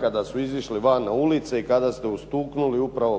kada su izišli van na ulice i kada ste ustuknuli upravo